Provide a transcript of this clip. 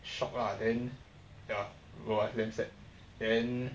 shocked lah then ya !wah! damn sad then